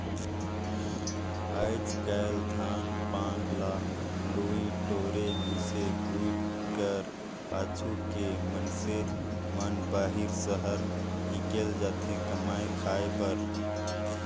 आएज काएल धान पान ल लुए टोरे, मिस कुइट कर पाछू के मइनसे मन बाहिर सहर हिकेल जाथे कमाए खाए बर